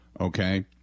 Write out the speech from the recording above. okay